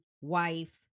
wife